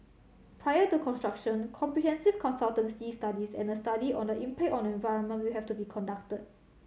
prior to construction comprehensive consultancy studies and a study on the impact on environment will have to be conducted